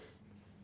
~s